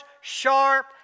sharp